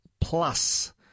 Plus